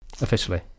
officially